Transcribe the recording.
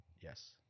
Yes